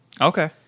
Okay